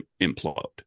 implode